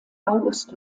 august